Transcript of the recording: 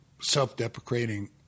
self-deprecating